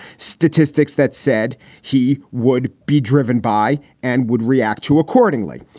statistics that said he would be driven by and would react to accordingly.